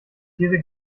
diese